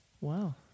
Wow